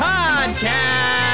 Podcast